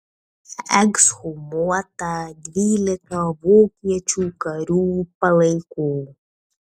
ekshumuota dvylika vokiečių karių palaikų